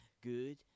good